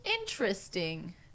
Interesting